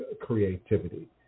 creativity